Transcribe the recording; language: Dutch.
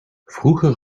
vroeger